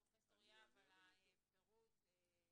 פרופ' יהב על הפירוט וההרחבה,